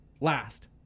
Last